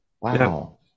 Wow